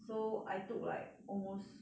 so I took like almost